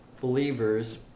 believers